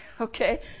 Okay